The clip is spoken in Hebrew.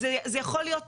זה יכול להיות